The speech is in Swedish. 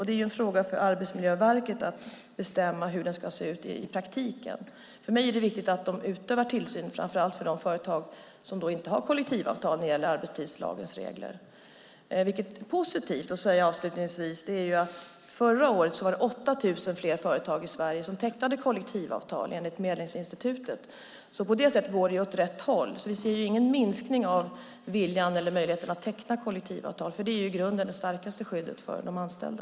Det är en fråga för Arbetsmiljöverket att bestämma hur tillsynen ska se ut i praktiken. För mig är det viktigt att verket utövar tillsyn, framför allt för de företag som inte har kollektivavtal när det gäller arbetstidslagens regler. Positivt vill jag avslutningsvis säga att det förra året var 8 000 fler företag i Sverige som tecknade kollektivavtal enligt Medlingsinstitutet. På det sättet går det åt rätt håll. Vi ser ingen minskning av viljan eller möjligheterna att teckna kollektivavtal, som i grunden är det starkaste skyddet för de anställda.